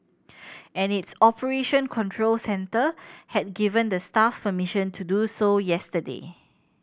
and its operation control centre had given the staff permission to do so yesterday